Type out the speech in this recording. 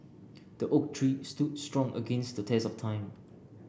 the oak tree stood strong against the test of time